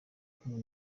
kumwe